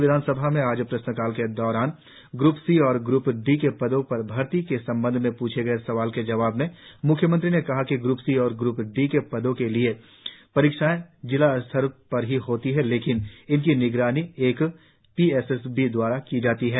राज्य विधान सभा में आज प्रश्काल के दौरान जिलों में ग्र्प सी और ग्र्प डी के पदो पर भर्ती के संबंध में पूछे गए सवालों के जवाब में म्ख्यमंत्री ने कहा कि ग्र्प सी और ग्र्प डी पदो के लिए परीक्षाएं जिला स्तर पर ही होती है लेकिन इनकी निगरानी एकपीएसएसबी दवारा की जाती है